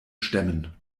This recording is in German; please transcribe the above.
stemmen